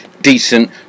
decent